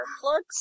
plugs